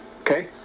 Okay